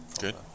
Good